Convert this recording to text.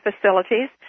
facilities